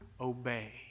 obey